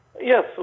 Yes